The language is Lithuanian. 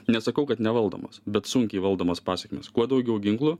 nesakau kad nevaldomas bet sunkiai valdomas pasekmes kuo daugiau ginklų